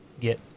get